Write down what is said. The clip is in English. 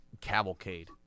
cavalcade